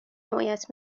حمایت